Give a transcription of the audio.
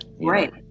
Right